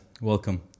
welcome